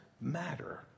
matter